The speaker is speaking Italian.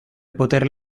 poter